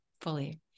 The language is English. fully